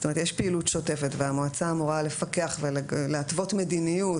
זאת אומרת יש פעילות שוטפת והמועצה אמורה לפקח ולהתוות מדיניות